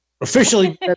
officially